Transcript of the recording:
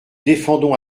défendons